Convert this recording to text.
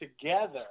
together